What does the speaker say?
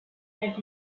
red